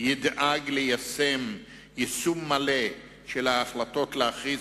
ידאג ליישם יישום מלא את ההחלטות להכריז,